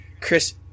Chris